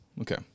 Okay